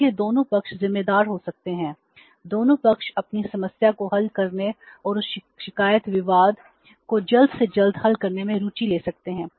इसलिए दोनों पक्ष जिम्मेदार हो सकते हैं दोनों पक्ष अपनी समस्या को हल करने और उस शिकायत विवाद को जल्द से जल्द हल करने में रुचि ले सकते हैं